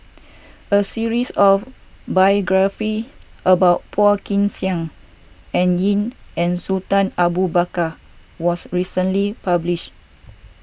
a series of biographies about Phua Kin Siang Dan Ying and Sultan Abu Bakar was recently published